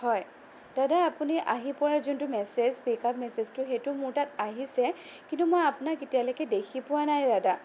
হয় দাদা আপুনি আহি পোৱাৰ যোনটো মেচেজ পিক আপ মেচেজটো সেইটো মোৰ তাত আহিছে কিন্তু মই আপোনাক এতিয়ালৈকে দেখি পোৱা নাই দাদা